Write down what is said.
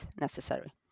necessary